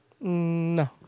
No